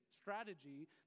strategy